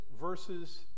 verses